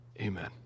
Amen